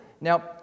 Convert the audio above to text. Now